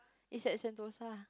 it's at Sentosa